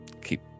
keep